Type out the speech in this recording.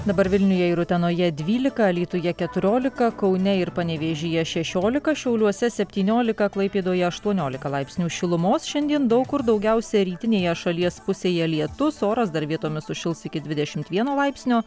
dabar vilniuje ir utenoje dvylika alytuje keturiolika kaune ir panevėžyje šešiolika šiauliuose septyniolika klaipėdoje aštuoniolika laipsnių šilumos šiandien daug kur daugiausiai rytinėje šalies pusėje lietus oras dar vietomis sušils iki dvidešimt vieno laipsnio